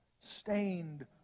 stained